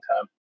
time